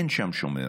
אין שם שומר.